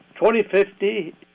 2050